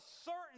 certain